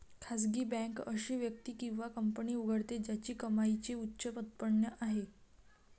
खासगी बँक अशी व्यक्ती किंवा कंपनी उघडते ज्याची कमाईची उच्च उत्पन्न आहे